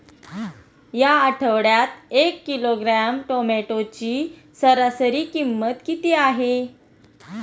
या आठवड्यात एक किलोग्रॅम टोमॅटोची सरासरी किंमत किती आहे?